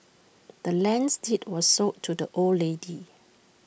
the land's deed was sold to the old lady